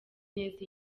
neza